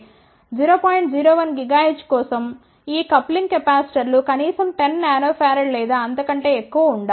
01 GHz కోసం ఈ coupling కెపాసిటర్లు కనీసం 10 nF లేదా అంతకంటే ఎక్కువ ఉండాలి